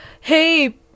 hey